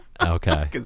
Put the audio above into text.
Okay